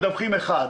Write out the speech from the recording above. מדווחים 1,